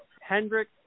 Hendrick